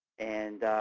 and